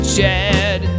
Chad